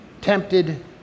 tempted